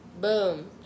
Boom